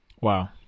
Wow